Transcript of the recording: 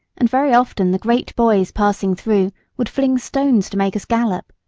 and very often the great boys passing through would fling stones to make us gallop.